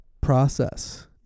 process